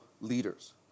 leaders